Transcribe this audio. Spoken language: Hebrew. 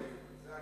לא בכיר.